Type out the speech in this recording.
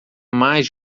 mais